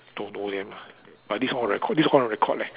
don't know them lah but this one record this one record leh